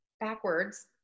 backwards